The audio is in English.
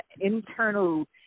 internal